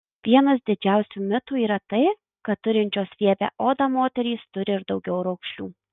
vienas didžiausių mitų yra tai kad turinčios riebią odą moterys turi ir daugiau raukšlių